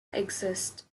exist